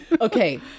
Okay